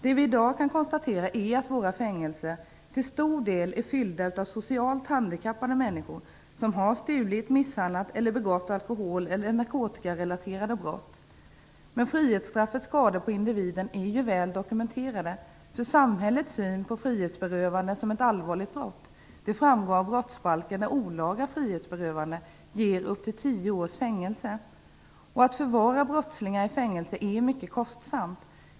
Det vi dag kan konstatera är att våra fängelser till stor del är fyllda av socialt handikappade människor, som har stulit, misshandlat eller begått alkohol eller narkotikarelaterade brott. Frihetsstraffets skador på individen är väl dokumenterade. Samhällets syn på frihetsberövande som ett allvarligt brott framgår av att enligt brottsbalken olaga frihetsberövande kan ge upp till tio års fängelse. Att förvara brottslingar i fängelse är mycket kostsamt.